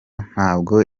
ntabwo